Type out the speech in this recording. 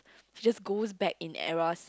just goes back in eras